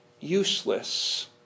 useless